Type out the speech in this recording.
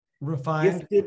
refined